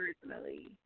personally